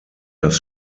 das